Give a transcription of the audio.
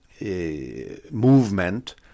movement